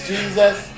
Jesus